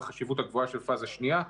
והחשיבות הגבוהה של הפאזה השנייה.